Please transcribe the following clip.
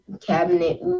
cabinet